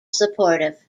supportive